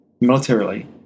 militarily